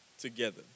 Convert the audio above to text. together